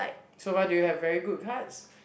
so far do you have very good cards